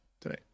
Today